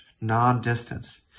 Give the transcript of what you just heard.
non-distance